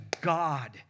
God